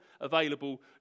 available